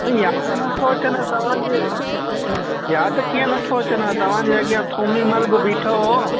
यादि नथो अचिनव तव्हां खे यादि कीअं नथो अचिनव तव्हां जे अॻियां थूमीमल बि बीठो हो